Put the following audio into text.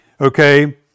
Okay